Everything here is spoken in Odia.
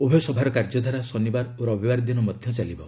ଉଭୟ ସଭାର କାର୍ଯ୍ୟଧାରା ଶନିବାର ଓ ରବିବାର ଦିନ ମଧ୍ୟ ଚାଲିବ